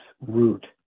root